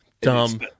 dumb